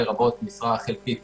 לרבות משרה חלקית